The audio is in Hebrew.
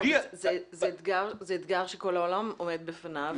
זה אתגר שכל העולם עומד בפניו,